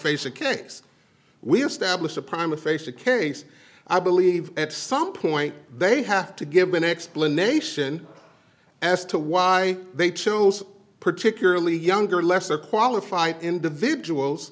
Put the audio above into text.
face a case we established a prime facie case i believe at some point they have to give an explanation as to why they chose particularly younger lesser qualified individuals